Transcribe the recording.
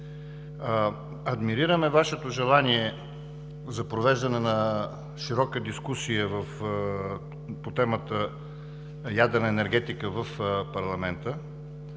Адмирираме Вашето желание за провеждане на широка дискусия по темата „Ядрена енергетика“ в парламента